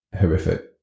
horrific